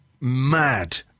mad